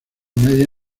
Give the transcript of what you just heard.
media